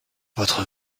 votre